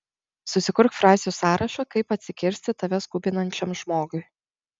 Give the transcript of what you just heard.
susikurk frazių sąrašą kaip atsikirsti tave skubinančiam žmogui